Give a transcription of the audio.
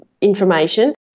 information